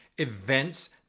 events